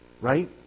Right